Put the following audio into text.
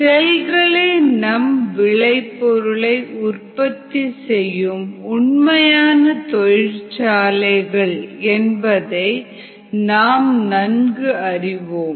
செல்களே நம் விளைபொருளை உற்பத்தி செய்யும் உண்மையான தொழிற்சாலைகள் என்பதை நாம் நன்கு அறிவோம்